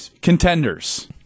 contenders